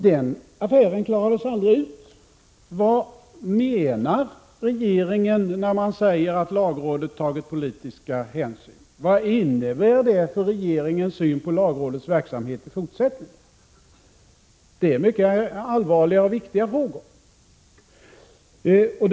Den affären klarades aldrig ut. Vad menar regeringen när den säger att lagrådet har tagit politiska hänsyn? Vad innebär det för regeringens syn på lagrådets verksamhet i fortsättningen? Det är mycket allvarliga och viktiga frågor.